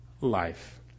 life